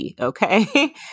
Okay